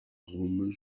rome